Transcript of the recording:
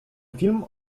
film